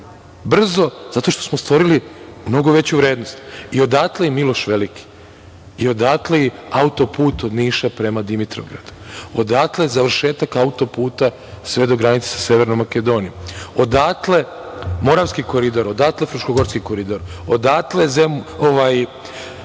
brzo zato što smo stvorili mnogo veću vrednost i odatle je „Miloš Veliki“ i odatle je auto-put od Niša prema Dimitrovgradu, odatle je završetak auto-puta sve do granice sa Severnom Makedonijom, odatle Moravski koridor, odatle Fruškogorski koridor, odatle Kuzmin